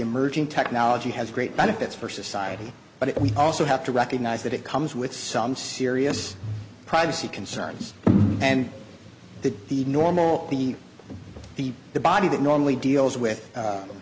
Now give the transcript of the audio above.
emerging technology has great benefits for society but we also have to recognize that it comes with some serious privacy concerns and that the normal the the the body that normally deals with